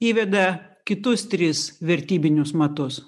įveda kitus tris vertybinius matus